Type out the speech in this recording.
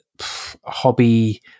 hobby